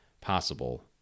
possible